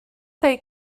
they